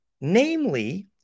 Namely